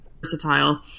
versatile